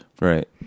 Right